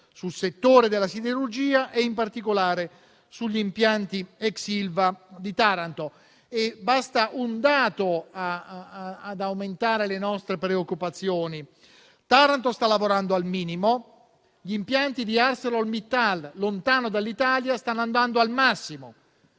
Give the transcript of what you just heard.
sul settore della siderurgia e, in particolare, sugli impianti ex Ilva di Taranto. Basta un dato ad aumentare le nostre preoccupazioni: Taranto sta lavorando al minimo; gli impianti di ArcelorMittal, lontano dall'Italia, stanno andando al massimo.